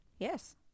Yes